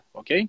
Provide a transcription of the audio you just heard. ok